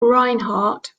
reinhardt